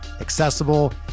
accessible